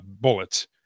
bullets